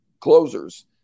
closers